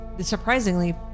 surprisingly